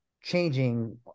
changing